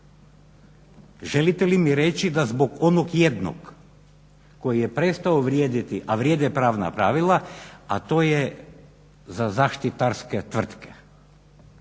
Želite li mi reći da zbog onog jednog koji je prestao vrijediti, a vrijede pravna pravila a to je za zaštitarske tvrtke,